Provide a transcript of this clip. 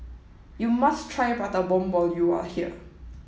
you must try Prata Bomb when you are here